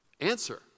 answer